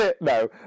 No